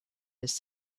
his